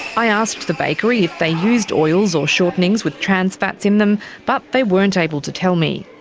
i asked the bakery if they used oils or shortenings with trans fats in them but they weren't able to tell me.